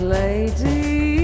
lady